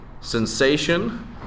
sensation